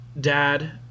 dad